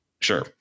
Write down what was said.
Sure